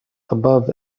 above